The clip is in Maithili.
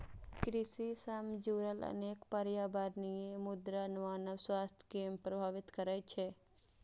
कृषि सं जुड़ल अनेक पर्यावरणीय मुद्दा मानव स्वास्थ्य कें प्रभावित करै छै